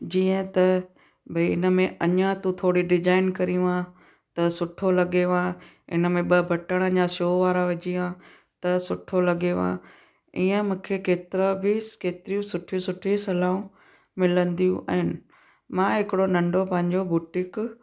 जीअं त भई हिन में अञा तूं थोरी डिजाइन करियूं आहिनि त सुठो लॻेवा हिन में ॿ बटण अञा शो वारा विझी हुआ त सुठो लॻेवा इअं मूंखे केतिरा बि केतिरियूं सुठी सुठी सलाहू मिलंदियूं आहिनि मां हिकिड़ो नंढो पंहिंजो बुटिक